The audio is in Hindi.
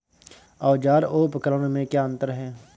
औज़ार और उपकरण में क्या अंतर है?